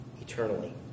eternally